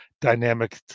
dynamic